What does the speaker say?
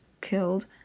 killed